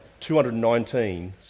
219